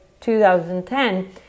2010